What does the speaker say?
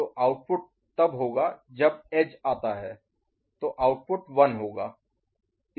तो आउटपुट तब होगा जब एज आता है तो आउटपुट 1 होगा